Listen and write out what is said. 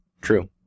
true